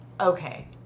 okay